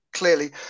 clearly